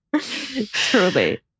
Truly